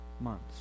months